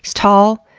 tall,